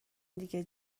دیگه